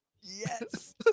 Yes